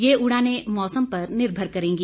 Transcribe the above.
ये उड़ाने मौसम पर निर्भर करेंगी